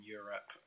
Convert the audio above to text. Europe